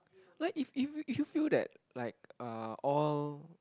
like if if if you feel that like uh all